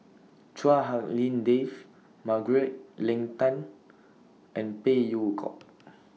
Chua Hak Lien Dave Margaret Leng Tan and Phey Yew Kok